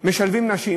משלבים נשים.